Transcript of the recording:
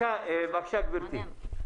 בבקשה גברתי.